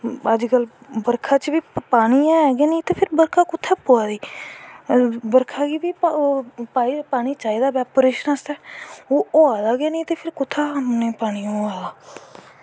अज्ज कल बर्खा च बी पानी है गै नी ते फिर बर्खा कुत्थें पवा दी बर्खा गी बी पानी चाही दा पानी आस्तै ओह् होआ दा गै नी फिर कुत्थां दा ओह् होआ दा